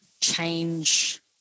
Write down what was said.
change